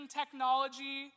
technology